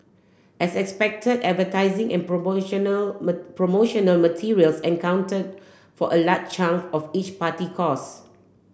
as expected advertising and promotional promotional materials accounted for a large chunk of each party costs